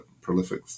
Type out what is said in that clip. prolific